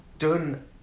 Done